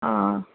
हां